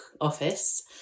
office